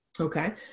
Okay